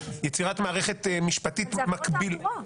יצירת מערכת משפטית מקבילה --- אבל זה עבירות תעבורה.